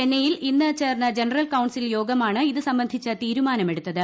ചെന്നൈയിൽ ഇന്ന് ചേർന്ന ജനറൽ കൌൺസിൽ യോഗമാണ് ഇത് സംബന്ധിച്ച തീരുമാനം എടുത്തത്